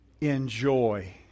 Enjoy